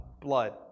blood